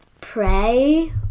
pray